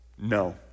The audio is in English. no